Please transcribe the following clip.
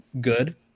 good